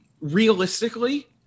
Realistically